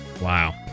Wow